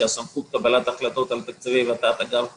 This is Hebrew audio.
והסמכות קבלת החלטות על תקציבי ות"ת היא לא שלי,